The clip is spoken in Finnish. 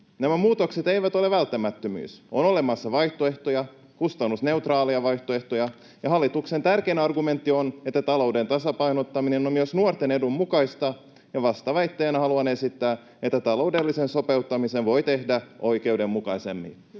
Nämä muutokset eivät ole välttämättömyys. On olemassa vaihtoehtoja, kustannusneutraaleja vaihtoehtoja. Hallituksen tärkein argumentti on, että talouden tasapainottaminen on myös nuorten edun mukaista, mutta vastaväitteenä haluan esittää, että taloudellisen sopeuttamisen voi tehdä oikeudenmukaisemmin.